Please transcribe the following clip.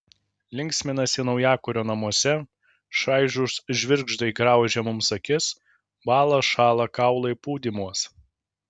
linksminasi naujakurio namuose šaižūs žvirgždai graužia mums akis bąla šąla kaulai pūdymuos